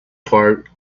park